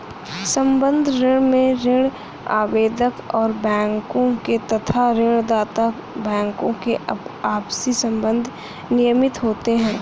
संबद्ध ऋण में ऋण आवेदक और बैंकों के तथा ऋण दाता बैंकों के आपसी संबंध नियमित होते हैं